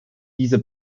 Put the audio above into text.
diese